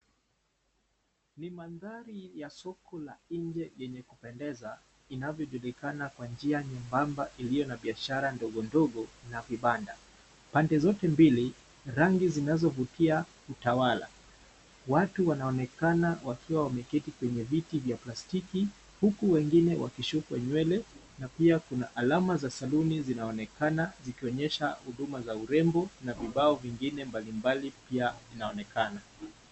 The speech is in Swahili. Ni mandhari ya soko la nje yenye kupendeza , inayojulikana kwa njia nyembamba iliyo na biashara ndogo ndogo ya vibanda. Pande zote mbili, rangi zinazovutia utawala . Watu wanaonekana wakiwa wameketi kwenye viti vya plastiki , huku wengine wakisukwa nywele na pia kuna alama za saluni zinaonekana zikionyesha huduma za urembo na vibao vingine pia mbalimbali vinaonekana.